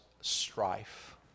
strife